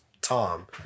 Tom